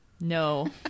No